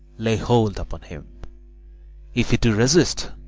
lay hold upon him if he do resist,